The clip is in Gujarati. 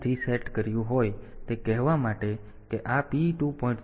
3 સેટ કર્યું હોય તે કહેવા માટે કે આ P2